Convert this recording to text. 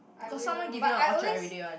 got someone giving out Orchard everyday one